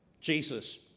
Jesus